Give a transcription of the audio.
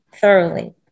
thoroughly